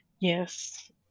Yes